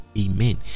Amen